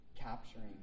capturing